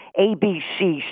ABC